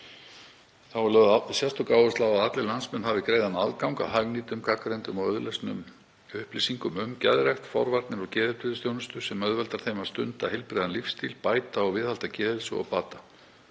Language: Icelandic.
Þá er lögð sérstök áhersla á að allir landsmenn hafi greiðan aðgang að hagnýtum, gagnreyndum og auðlesnum upplýsingum um geðrækt, forvarnir og geðheilbrigðisþjónustu sem auðveldar þeim að stunda heilbrigðan lífsstíl og bæta og viðhalda geðheilsu og bata.